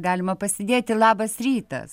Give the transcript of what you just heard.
galima pasidėti labas rytas